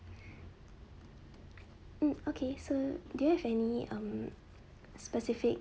hmm okay so do you have any um specific